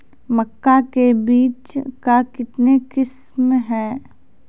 मक्का के बीज का कितने किसमें हैं?